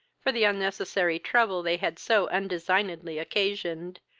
for the unnecessary trouble they had so undesignedly occasioned,